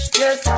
yes